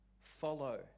Follow